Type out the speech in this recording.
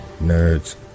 nerds